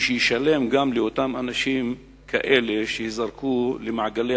מי שישלם לאותם אנשים שייזרקו למעגלי